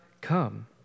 come